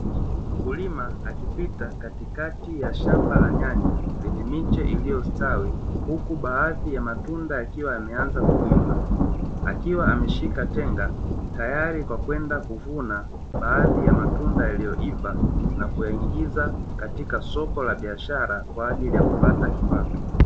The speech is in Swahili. Mkulima akipita katikati ya shamba la nyanya, lenye miche iliyostawi huku baadhi ya matunda yakiwa yameshaanza kuiva, akiwa ameshika tenga tayari kwa kwenda kuvuna, baadhi ya matunda yaliyoiva na kuyaingiza katika soko la biashara, kwa ajili ya kupata kipato.